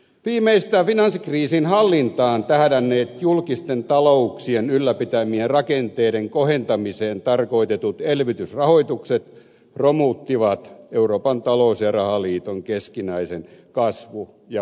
viimeistään finanssikriisin hallintaan tähdänneet julkisten talouksien ylläpitämien rakenteiden kohentamiseen tarkoitetut elvytysrahoitukset romuttivat euroopan talous ja rahaliiton keskinäisen kasvu ja vakaussopimuksen ehdot